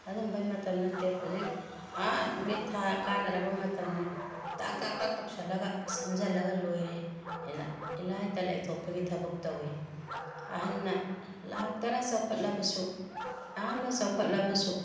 ꯑꯗꯨꯝꯕꯒꯤ ꯃꯇꯝ ꯅꯠꯇꯦ ꯍꯧꯖꯤꯛ ꯅꯨꯃꯤꯠ ꯊꯥ ꯀꯥꯟꯅꯔꯕ ꯃꯇꯝꯅꯤ ꯗꯥꯛ ꯗꯥꯛ ꯗꯥꯛ ꯇꯧꯁꯤꯜꯂꯒ ꯁꯝꯖꯤꯜꯂꯒ ꯂꯣꯏꯔꯦ ꯍꯥꯏꯅ ꯏꯂꯥꯏꯇ ꯂꯥꯏꯊꯣꯛꯄꯒꯤ ꯊꯕꯛ ꯇꯧꯏ ꯑꯍꯜꯅ ꯂꯥꯛ ꯇꯔꯥ ꯆꯥꯎꯈꯠꯂꯕꯁꯨ ꯌꯥꯝꯅ ꯆꯥꯎꯈꯠꯂꯕꯁꯨ